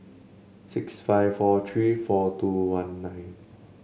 six five four three four two one nine